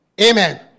Amen